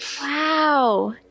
Wow